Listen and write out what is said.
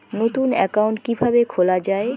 নতুন একাউন্ট কিভাবে খোলা য়ায়?